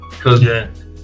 cause